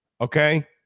Okay